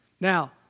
Now